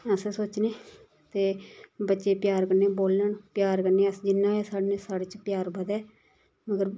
असें सोचने ते बच्चें गी प्यार कन्नै बोलन प्यार कन्नै अस जिन्ना होऐ आ साढ़े न साढ़े च प्यार बधै मगर